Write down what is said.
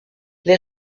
les